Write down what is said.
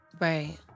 right